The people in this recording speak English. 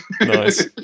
Nice